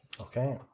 Okay